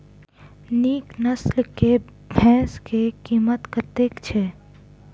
नीक नस्ल केँ भैंस केँ कीमत कतेक छै?